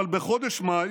בחודש מאי,